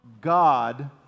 God